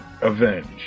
avenged